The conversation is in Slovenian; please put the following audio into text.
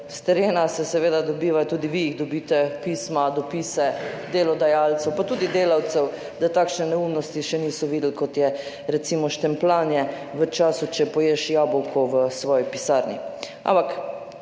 terena seveda dobivamo, tudi vi dobite pisma, dopise delodajalcev, pa tudi delavcev, da takšne neumnosti še niso videli, kot je recimo štempljanje v času, če poješ jabolko v svoji pisarni.